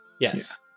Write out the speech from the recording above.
Yes